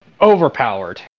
overpowered